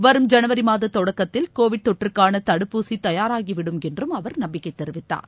வரும் ஜனவரி மாத தொடக்கத்தில் கோவிட் தொற்றுக்கான தடுப்பூசி தயாராகிவிடும் என்றும் அவர் நம்பிக்கை தெரிவித்தார்